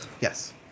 yes